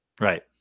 Right